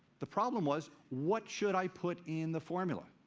the problem was what should i put in the formula?